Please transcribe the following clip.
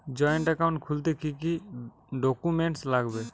Joint account খুলতে কি কি ডকুমেন্টস লাগবে?